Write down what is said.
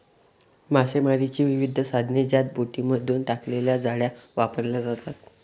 मासेमारीची विविध साधने ज्यात बोटींमधून टाकलेल्या जाळ्या वापरल्या जातात